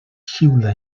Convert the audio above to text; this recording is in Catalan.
xiula